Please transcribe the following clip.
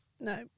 No